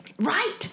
Right